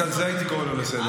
רק על זה הייתי קורא אותו לסדר.